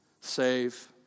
save